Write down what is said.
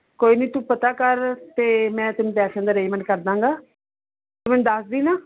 ਕੋਈ ਨਹੀਂ ਤੂੰ ਪਤਾ ਕਰ ਅਤੇ ਮੈਂ ਤੈਨੂੰ ਪੈਸਿਆਂ ਦਾ ਅਰੇਂਜ਼ਮੇਂਟ ਕਰ ਦਾਂਗਾ ਤੂੰ ਮੈਨੂੰ ਦੱਸਦੀ ਨਾ